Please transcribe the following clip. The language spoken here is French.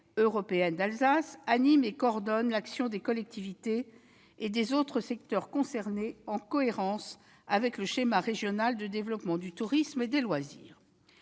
territoire, la CEA animera et coordonnera l'action des collectivités et des autres acteurs concernés, en cohérence avec le schéma régional de développement du tourisme et des loisirs.